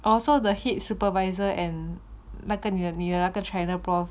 orh so the head supervisor and 那个女的 China prof